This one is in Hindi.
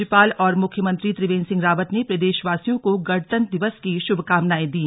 राज्यपाल और मुख्यमंत्री त्रिवेंद्र सिंह रावत ने प्रदेश वासियों को गणतंत्र दिवस की श्रभकामनाएं दी